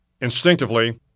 Instinctively